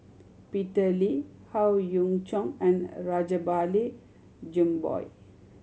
Peter Lee Howe Yoon Chong and Rajabali Jumabhoy